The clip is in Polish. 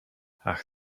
ach